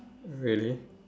really